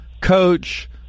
coach